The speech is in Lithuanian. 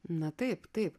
na taip taip